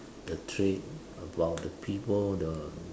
the trade about the people the